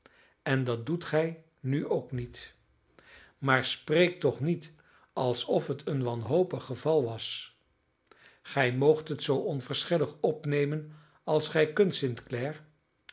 en dat doet gij nu ook niet maar spreek toch niet alsof het een wanhopig geval was gij moogt het zoo onverschillig opnemen als gij kunt